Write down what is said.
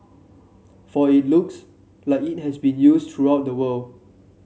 for it looks like it has been used throughout the world